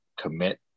commit